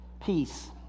peace